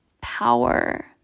power